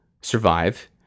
survive